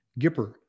Gipper